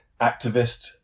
activist